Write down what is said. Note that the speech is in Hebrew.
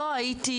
לא הייתי